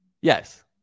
Yes